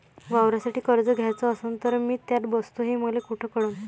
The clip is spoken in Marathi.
वावरासाठी कर्ज घ्याचं असन तर मी त्यात बसतो हे मले कुठ कळन?